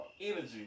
energy